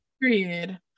Period